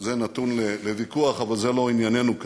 זה נתון לוויכוח, אבל זה לא ענייננו כאן,